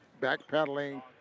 backpedaling